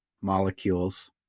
molecules